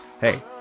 Hey